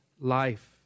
life